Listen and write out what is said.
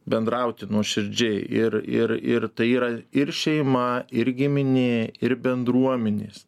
bendrauti nuoširdžiai ir ir ir tai yra ir šeima ir giminė ir bendruomenės